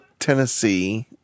tennessee